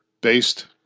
based